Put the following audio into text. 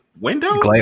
windows